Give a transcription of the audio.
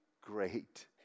great